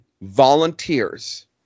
volunteers